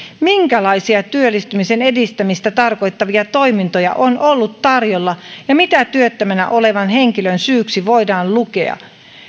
minkälaisia työllistymisen edistämistä tarkoittavia toimintoja on ollut tarjolla ja mitä työttömänä olevan henkilön syyksi voidaan lukea